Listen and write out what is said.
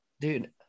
Dude